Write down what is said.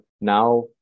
now